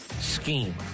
scheme